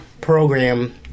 program